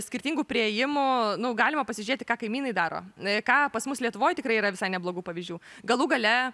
skirtingų priėjimų nu galima pasižiūrėti ką kaimynai daro ką pas mus lietuvoj tikrai yra visai neblogų pavyzdžių galų gale